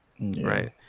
Right